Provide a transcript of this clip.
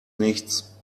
nichts